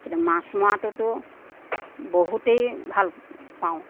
মাছ মৰাটোতো বহুতেই ভাল পাওঁ